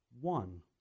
one